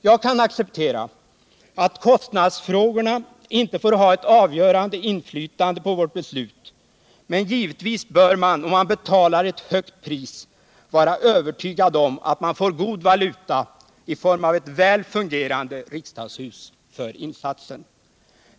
Jag kan acceptera alt kostnadsfrågorna inte får ha ett avgörande inflytande på vårt beslut, men givetvis bör man om man betalar ett högt pris vara övertygad om att man får god valuta i form av ett väl fungerande riksdagshus för insatsen.